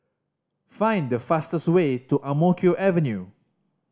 find the fastest way to Ang Mo Kio Avenue